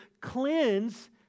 cleanse